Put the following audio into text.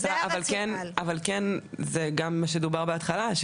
אבל כן זה גם מה שדובר בהתחלה.